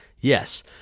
Yes